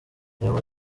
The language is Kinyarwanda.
reba